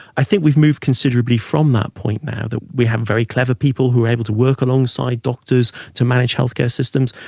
i think we've moved considerably from that point now, that we have very clever people who are able to work alongside doctors to manage health care systems,